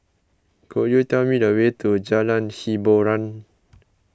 could you tell me the way to Jalan Hiboran